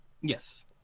Yes